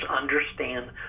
understand